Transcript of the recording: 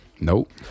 nope